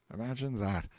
imagine that!